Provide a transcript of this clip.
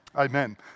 Amen